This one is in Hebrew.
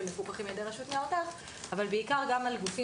שמפוקחים על ידי רשות ניירות ערך אבל בעיקר גם על גופים